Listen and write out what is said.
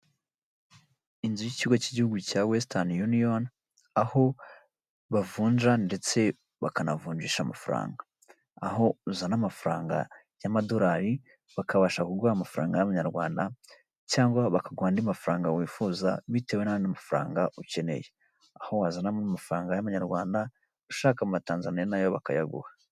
Inzu y'ikigo cy'igihugu cya westani yuniyoni, aho bavunja ndetse bakanavunjisha amafaranga aho uzana amafaranga y'amadolari bakabasha kuguha amafaranga y'abanyarwanda cyangwa bakaguha andi mafaranga wifuza bitewe n'andi mafaranga ukeneye aho wazanamo amafaranga y'amanyarwanda ushaka amatanzaniya nayo bakayaguha.